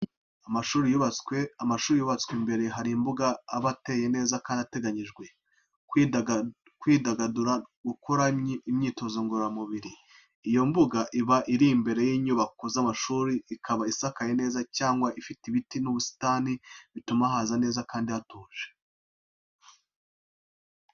Amashuri yubatswe imbere hari imbuga aba ateye neza kandi ateganyirijwe gufasha abanyeshuri kugira ahantu ho gukinira, kwidagadura no gukora imyitozo ngororamubiri. Iyo mbuga iba iri imbere y'inyubako z'amashuri, ikaba isakaye neza cyangwa ifite ibiti n'ubusitani bituma haba heza kandi hatuje.